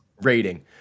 Rating